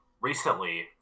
recently